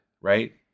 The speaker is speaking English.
right